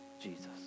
jesus